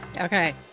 Okay